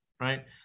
right